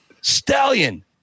Stallion